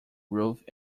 roof